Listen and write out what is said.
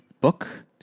book